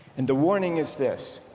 and the warning is this